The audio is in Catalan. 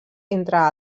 entre